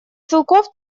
целков